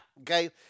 Okay